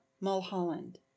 Mulholland